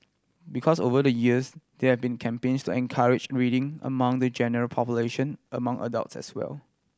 because over the years there been campaigns encourage reading among the general population among adults as well